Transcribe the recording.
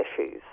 issues